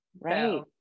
right